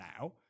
now